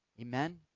amen